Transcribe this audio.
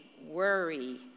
worry